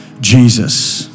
Jesus